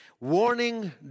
Warning